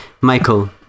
Michael